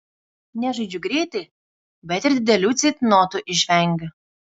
nežaidžiu greitai bet ir didelių ceitnotų išvengiu